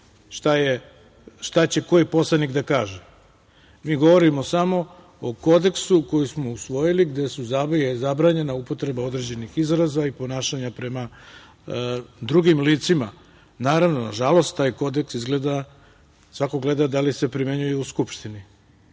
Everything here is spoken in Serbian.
šta će koji poslanik da kaže. Mi govorimo samo o Kodeksu koji smo usvojili, gde je zabranjena upotreba određenih izraza i ponašanja prema drugim licima. Naravno, nažalost, taj Kodeks izgleda svako da li se primenjuje u Skupštini,